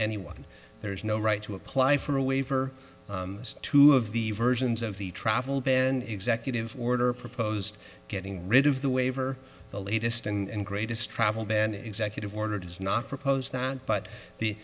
anyone there is no right to apply for a waiver as two of the versions of the travel ban and executive order proposed getting rid of the waiver the latest and greatest travel ban executive order disney proposed that but the